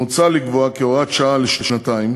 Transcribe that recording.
מוצע לקבוע בהוראת שעה לשנתיים